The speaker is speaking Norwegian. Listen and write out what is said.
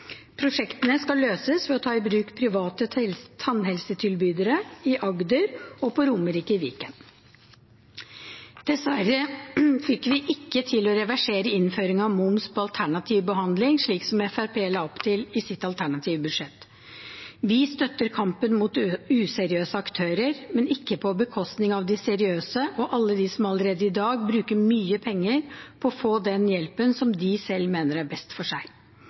Prosjektene skal løses ved å ta i bruk private tannhelsetilbydere i Agder og på Romerike i Viken. Dessverre fikk vi ikke til å reversere innføringen av moms på alternativ behandling, slik som Fremskrittspartiet la opp til i sitt alternative budsjett. Vi støtter kampen mot useriøse aktører, men ikke på bekostning av de seriøse og alle dem som allerede i dag bruker mye penger på å få den hjelpen som de selv mener er best for seg.